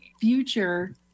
future